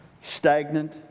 stagnant